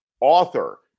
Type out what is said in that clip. author